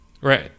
right